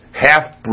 half